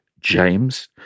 James